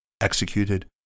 executed